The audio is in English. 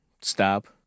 stop